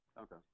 Okay